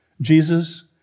Jesus